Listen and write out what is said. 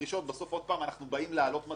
בסוף אנחנו באים לעלות מדרגה,